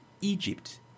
Egypt